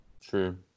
True